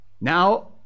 Now